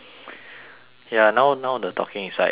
ya now now the talking is like a bit small